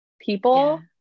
people